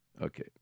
Okay